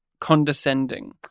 condescending